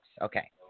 Okay